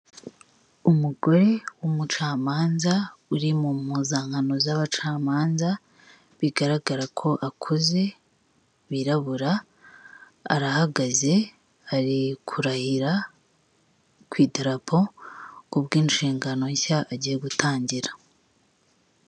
Umugore w'umucamanza uri mu mpuzankano z'abacamanza bigaragara ko akuze birabura arahagaze ari kurahira ku idarapo ku ubwo inshingano nshya agiye gutangira.